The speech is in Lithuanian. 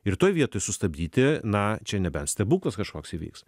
ir toj vietoj sustabdyti na čia nebent stebuklas kažkoks įvyks